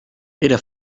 era